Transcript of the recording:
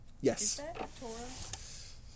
Yes